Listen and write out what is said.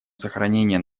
сохранение